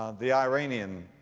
the iranian,